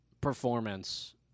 performance